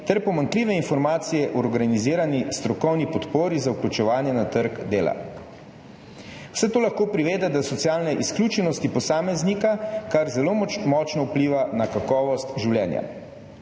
ter pomanjkljive informacije o organizirani strokovni podpori za vključevanje na trg dela. Vse to lahko privede do socialne izključenosti posameznika, kar zelo močno vpliva na kakovost življenja.